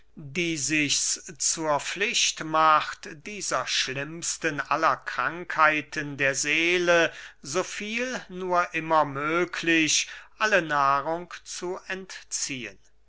die sichs zur pflicht macht dieser schlimmsten aller krankheiten der seele so viel nur immer möglich alle nahrung zu entziehen